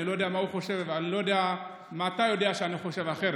אני לא יודע מה הוא חושב ואני לא יודע מה אתה יודע שאני חושב אחרת,